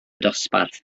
dosbarth